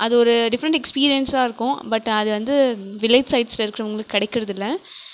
அது ஒரு டிஃபரண்ட் எக்ஸ்பீரியன்ஸாக இருக்கும் பட் அது வந்து வில்லேஜ் சைட்ஸில் இருக்கிறவங்களுக்கு கிடைக்கிறதில்ல